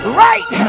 right